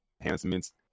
enhancements